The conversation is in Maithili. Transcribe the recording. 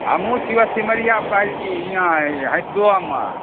हम्हुँ छीयो सिमरिया पैहली हीँयाँ हरिदोमे